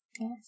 Yes